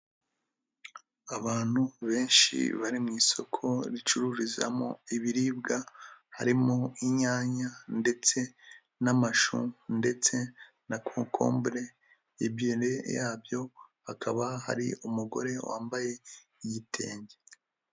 Abantu benshi bari mu isoko ricururizamo ibiribwa harimo inyanya ndetse n'amashu ndetse na kokombure, imbere yabyo hakaba hari umugore wambaye igitenge.